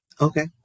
Okay